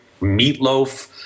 Meatloaf